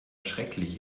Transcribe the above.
schrecklich